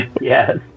Yes